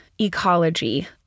ecology